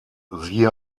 siehe